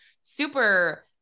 super